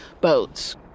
boats